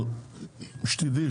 שתדעי,